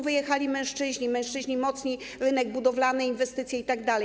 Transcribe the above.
Wyjechali mężczyźni, mężczyźni mocni - rynek budowlany, inwestycje itd.